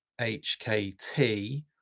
HKT